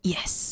Yes